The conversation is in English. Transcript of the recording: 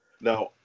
Now